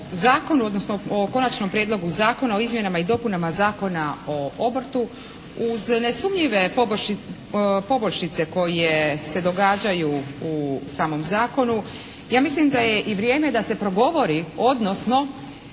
o Konačnom prijedlogu zakona o izmjenama i dopunama Zakona o obrtu uz nesumnjive poboljšice koje se događaju u samom zakonu ja mislim da je i vrijeme da se progovori odnosno